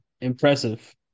impressive